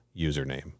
username